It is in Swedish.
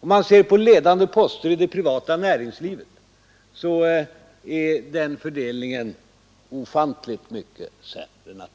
Den fördelningen på ledande poster inom det privata näringslivet är ofantligt mycket sämre.